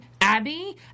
Abby